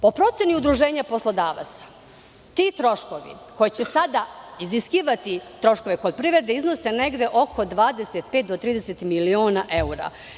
Po proceni Udruženja poslodavaca, ti troškovi koji će sada iziskivati troškove kod privrede, iznose negde oko 25 do 30 miliona evra.